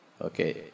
Okay